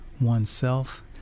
oneself